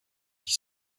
qui